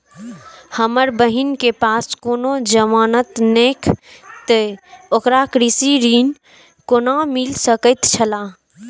हमर बहिन के पास कोनो जमानत नेखे ते ओकरा कृषि ऋण कोना मिल सकेत छला?